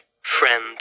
friend